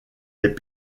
est